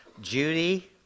Judy